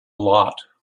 lot